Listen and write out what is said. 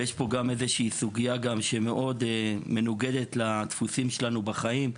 ויש פה גם איזושהי סוגיה שמנוגדת לדפוסים שלנו בחיים,